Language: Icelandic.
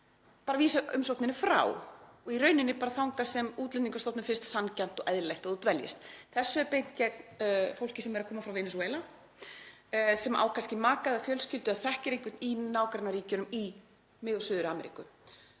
að vísa umsókninni frá og í rauninni bara þangað sem Útlendingastofnun finnst sanngjarnt og eðlilegt að það dveljist. Þessu er beint gegn fólki sem er að koma frá Venesúela sem á maka eða fjölskyldu eða þekkir einhvern í nágrannaríkjunum í Mið- og Suður-Ameríku